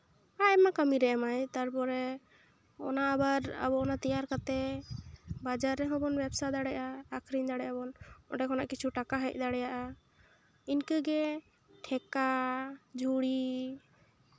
ᱟᱭᱢᱟ ᱠᱟᱹᱢᱤᱨᱮ ᱮᱢᱟᱭ ᱛᱟᱨᱯᱚᱨᱮ ᱚᱱᱟ ᱟᱵᱟᱚᱨ ᱚᱱᱟ ᱟᱵᱚ ᱛᱮᱭᱟᱨ ᱠᱟᱛᱮ ᱵᱟᱡᱟᱨ ᱨᱮᱦᱚᱸ ᱵᱚᱱ ᱵᱮᱵᱽᱥᱟ ᱫᱟᱲᱮᱭᱟᱜᱼᱟ ᱟᱠᱷᱨᱤᱧ ᱫᱟᱲᱮᱭᱟᱜ ᱟᱵᱚᱱ ᱚᱸᱰᱮ ᱠᱚᱱᱟᱜ ᱠᱤᱪᱷᱩ ᱴᱟᱠᱟ ᱦᱮᱡ ᱫᱟᱲᱮᱭᱟᱜᱼᱟ ᱤᱱᱠᱟᱹᱜᱮ ᱴᱷᱮᱠᱟ ᱡᱷᱩᱲᱤ